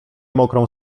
mokrą